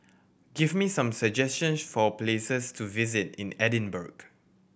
give me some suggestions for places to visit in Edinburgh